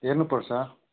हेर्नु पर्छ